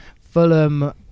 fulham